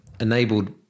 enabled